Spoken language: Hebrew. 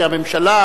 לכך שהממשלה,